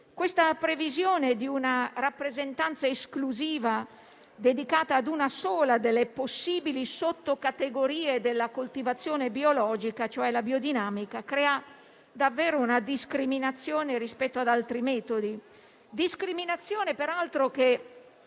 La previsione di una rappresentanza esclusiva dedicata a una sola delle possibili sottocategorie della coltivazione biologica, cioè la biodinamica, crea davvero una discriminazione rispetto ad altri metodi. Discriminazione, peraltro, fatta